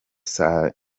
saa